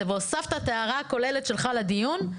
והוספת את ההערה הכוללת שלך לדיון,